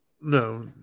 No